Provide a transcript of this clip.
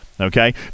Okay